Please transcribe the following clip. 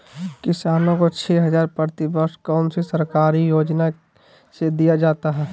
किसानों को छे हज़ार प्रति वर्ष कौन सी सरकारी योजना से दिया जाता है?